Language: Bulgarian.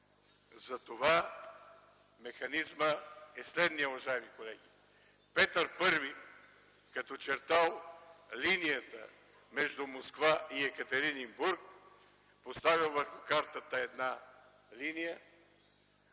Затова механизмът е следният, уважаеми колеги. Петър Първи, като чертал линията между Москва и Екатеринбург, поставил върху картата една линия,